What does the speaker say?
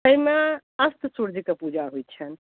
एहिमे अस्त सूर्यके पूजा होइ छनि